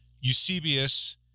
eusebius